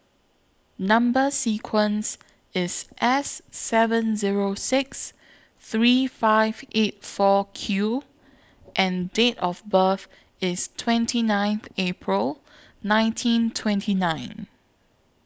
Number sequence IS S seven Zero six three five eight four Q and Date of birth IS twenty ninth April nineteen twenty nine